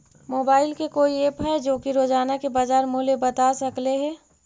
Mobile के कोइ app है जो कि रोजाना के बाजार मुलय बता सकले हे?